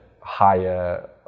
higher